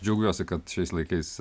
džiaugiuosi kad šiais laikais